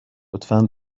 لطفا